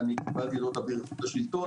אני קיבלת את אות אביר איכות השלטון,